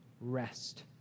rest